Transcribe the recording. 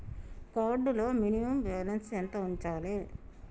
Card లో minimum balance ఎంత ఉంచాలే?